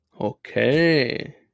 Okay